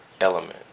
element